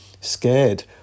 scared